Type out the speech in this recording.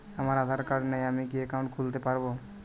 আমার আধার কার্ড নেই আমি কি একাউন্ট খুলতে পারব?